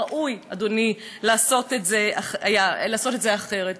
ראוי, אדוני, היה לעשות את זה אחרת.